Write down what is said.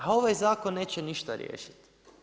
A ovaj zakon neće ništa riješiti.